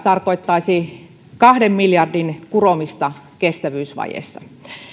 tarkoittaisi kahden miljardin kuromista kestävyysvajeessa